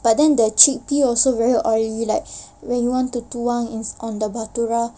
but then the chickpea also very oily like when you want to tuang it's on the bhatoora